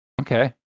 Okay